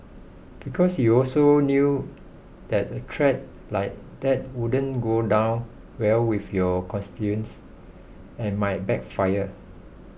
because you also knew that a threat like that wouldn't go down well with your constituents and might backfire